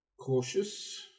Cautious